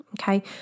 okay